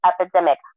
epidemic